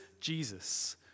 Jesus